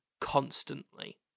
constantly